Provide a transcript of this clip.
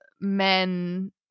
men